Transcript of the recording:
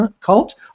cult